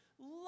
Love